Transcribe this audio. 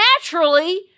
naturally